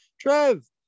Trev